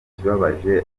ikibabaje